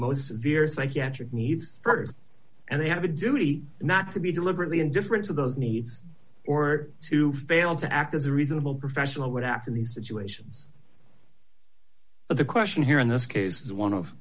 most severe psychiatric needs and they have a duty not to be deliberately indifferent to those needs or to fail to act as a reasonable professional would act in these situations but the question here in this case is one of